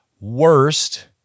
Worst